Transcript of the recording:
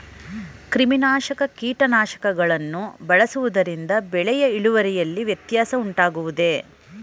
ಕ್ರಿಮಿನಾಶಕ ಕೀಟನಾಶಕಗಳನ್ನು ಬಳಸುವುದರಿಂದ ಬೆಳೆಯ ಇಳುವರಿಯಲ್ಲಿ ವ್ಯತ್ಯಾಸ ಉಂಟಾಗುವುದೇ?